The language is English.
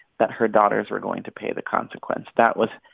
that her daughters were going to pay the consequence that was,